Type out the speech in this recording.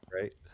Right